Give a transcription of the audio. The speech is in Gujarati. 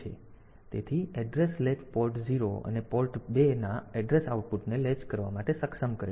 તેથી એડ્રેસ લેચ પોર્ટ 0 અને પોર્ટ 2 ના એડ્રેસ આઉટપુટને લેચ કરવા માટે સક્ષમ કરે છે